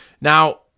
Now